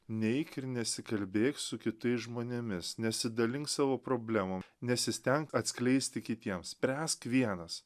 neik ir nesikalbėk su kitais žmonėmis nesidalink savo problemom nesistenk atskleisti kitiems spręsk vienas